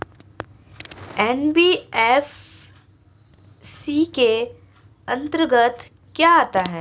NBFC के अंतर्गत क्या आता है?